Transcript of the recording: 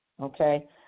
okay